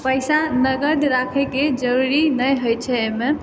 पैसा नगद राखै के जरूरी नहि होइ छै अहिमे